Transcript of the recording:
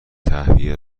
تهویه